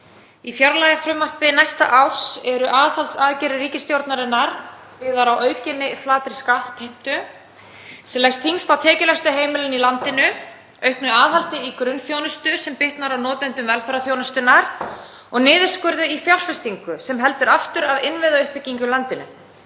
Í fjárlagafrumvarpi næsta árs eru aðhaldsaðgerðir ríkisstjórnarinnar byggðar á aukinni flatri skattheimtu sem leggst þyngst á tekjulægstu heimilin í landinu, auknu aðhaldi í grunnþjónustu sem bitnar á notendum velferðarþjónustunnar og niðurskurði í fjárfestingu sem heldur aftur af innviðauppbyggingu í landinu.